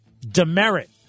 demerit